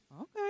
Okay